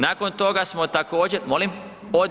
Nakon toga smo također … [[Upadica se ne razumije.]] Molim?